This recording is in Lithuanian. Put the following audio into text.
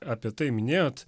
apie tai minėjot